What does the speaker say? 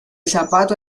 zapato